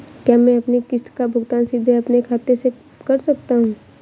क्या मैं अपनी किश्त का भुगतान सीधे अपने खाते से कर सकता हूँ?